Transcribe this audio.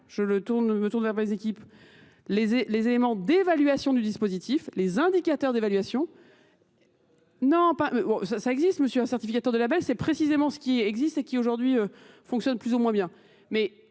je me tourne vers mes équipes, les éléments d'évaluation du dispositif, les indicateurs d'évaluation, Non, ça existe monsieur un certificateur de label, c'est précisément ce qui existe et qui aujourd'hui fonctionne plus ou moins bien.